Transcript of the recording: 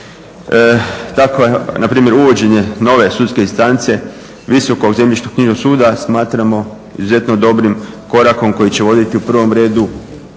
Tako npr. uvođenje nove sudske instance visoko u zemljištu knjižnog suda smatramo izuzetno dobrim korakom koji će voditi u prvom redu